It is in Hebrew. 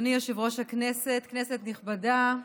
אדוני יושב-ראש הכנסת, כנסת נכבדה,